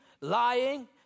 lying